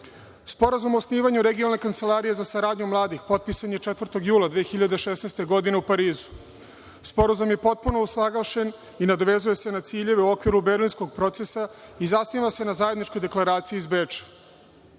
sporenja. Sporazum o osnivanju regionalne kancelarije za saradnju mladih potpisan je 4. jula 2016. godine u Parizu. Sporazum je potpuno usaglašen i nadovezuje se na ciljeve u okviru Berlinskog procesa i zasniva se na zajedničkoj deklaraciji iz Beča.